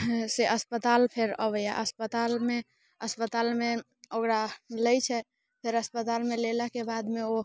से अस्पताल फेर अबैए अस्पतालमे अस्पतालमे ओकरा लैत छै फेर अस्पतालमे लेला के बादमे ओ